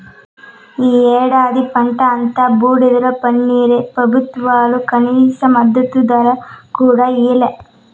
ఈ ఏడాది పంట అంతా బూడిదలో పన్నీరే పెబుత్వాలు కనీస మద్దతు ధర కూడా ఇయ్యలే